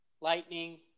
Lightning